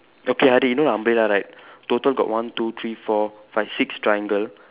okay Harid you know the umbrella right total got one two three four five six triangle